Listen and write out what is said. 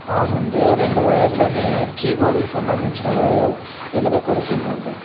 అవునండి ఓ రెండు వైర్లని కీబోర్డ్కి సంబందించిన వైర్ ఎలుక కొరికిందండి